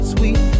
Sweet